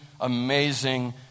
amazing